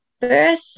birth